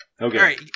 Okay